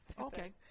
Okay